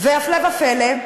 והפלא ופלא,